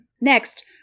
Next